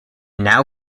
now